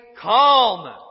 calm